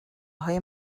های